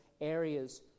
areas